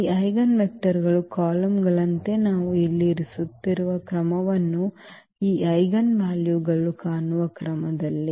ಈ ಐಜೆನ್ ವೆಕ್ಟರ್ಗಳ ಕಾಲಮ್ಗಳಂತೆ ನಾವು ಇಲ್ಲಿ ಇರಿಸುತ್ತಿರುವ ಕ್ರಮವನ್ನು ಈ ಐಜೆನ್ ವಾಲ್ಯೂಗಳು ಕಾಣುವ ಕ್ರಮದಲ್ಲಿ